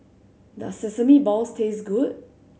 does sesame balls taste good